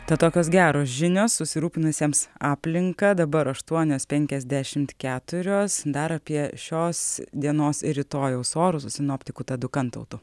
tad tokios geros žinios susirūpinusiems aplinka dabar aštuonios penkiasdešimt keturios dar apie šios dienos ir rytojaus orus su sinoptiku tadu kantautu